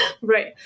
Right